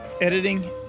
editing